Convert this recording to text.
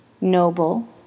noble